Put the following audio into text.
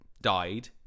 died